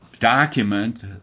document